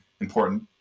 important